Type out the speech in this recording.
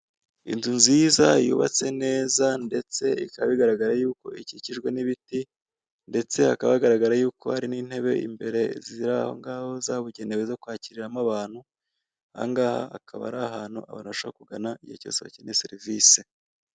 Inzu nziza yubatse neza ndetse bikaba bigaragara yuko ikikijwe n'ibiti, ndetse hakaba hagaragara y'uko hari n'intebe imbere ziri aho ngaho zabugenewe zo kwakiriramo abantu, ahangaha akaba ari ahantu abantu bashobora kugana igihe cyose bakeneye serivise.